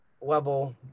level